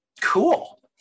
Cool